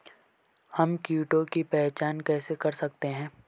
हम कीटों की पहचान कैसे कर सकते हैं?